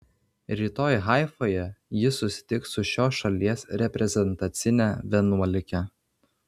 rytoj haifoje ji susitiks su šios šalies reprezentacine vienuolike